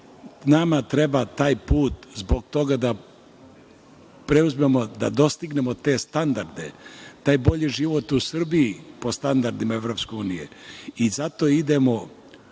nama treba taj put zbog toga da preuzmemo, da dostignemo te standarde, taj bolji život u Srbiji po standardima Evropske